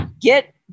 Get